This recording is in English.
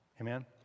Amen